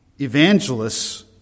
Evangelists